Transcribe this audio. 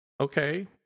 Okay